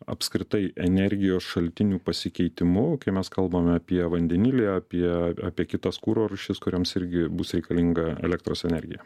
apskritai energijos šaltinių pasikeitimu kai mes kalbame apie vandenilį apie apie kitas kuro rūšis kurioms irgi bus reikalinga elektros energija